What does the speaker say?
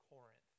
Corinth